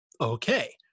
okay